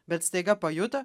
bet staiga pajuto